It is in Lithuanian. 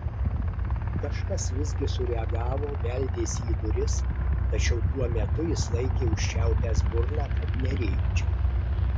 kažkas visgi sureagavo beldėsi į duris tačiau tuo metu jis laikė užčiaupęs burną kad nerėkčiau